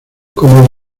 como